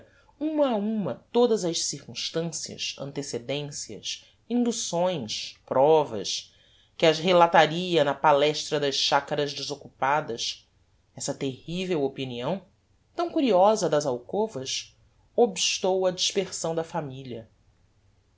uma todas as circumstancias antecedencias inducções provas que as relataria na palestra das chacaras desoccupadas essa terrivel opinião tão curiosa das alcovas obstou á dispersão da familia